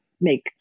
make